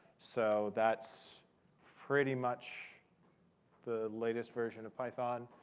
so that's pretty much the latest version of python.